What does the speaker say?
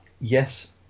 Yes